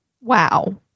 Wow